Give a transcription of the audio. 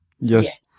Yes